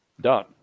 done